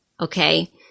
Okay